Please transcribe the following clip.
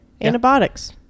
Antibiotics